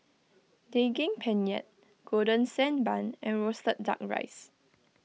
Daging Penyet Golden Sand Bun and Roasted Duck Rice